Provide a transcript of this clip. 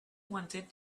wanted